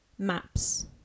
maps